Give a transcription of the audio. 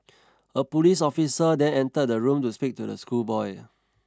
a police officer then entered the room to speak to the schoolboy